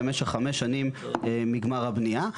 במשך חמש שנים מגמר הבנייה.